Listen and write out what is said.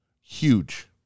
Huge